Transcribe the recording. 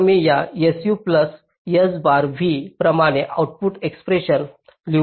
तर मी या s u प्लस s बार v प्रमाणे आउटपुट एक्सप्रेशन लिहू शकतो